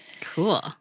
Cool